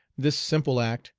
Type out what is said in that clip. this simple act,